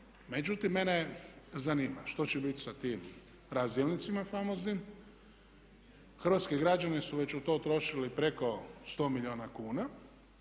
Međutim, mene zanima što će bit sa tim razdjelnicima famoznim. Hrvatski građani su već u to utrošili preko 100 milijuna kuna.